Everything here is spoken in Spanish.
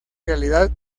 realidad